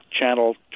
Channel